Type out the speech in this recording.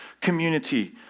community